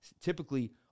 typically